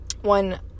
one